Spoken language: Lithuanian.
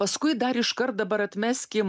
paskui dar iškart dabar atmeskim